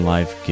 Life